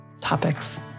topics